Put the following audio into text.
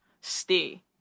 stay